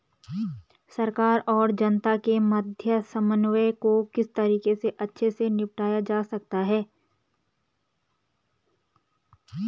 सरकार और जनता के मध्य समन्वय को किस तरीके से अच्छे से निपटाया जा सकता है?